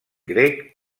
grec